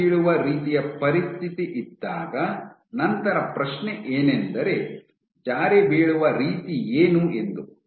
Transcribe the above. ಜಾರಿಬೀಳುವ ರೀತಿಯ ಪರಿಸ್ಥಿತಿ ಇದ್ದಾಗ ನಂತರ ಪ್ರಶ್ನೆ ಏನೆಂದರೆ ಜಾರಿಬೀಳುವ ರೀತಿಯೇನು ಎಂದು